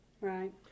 Right